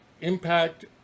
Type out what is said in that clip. Impact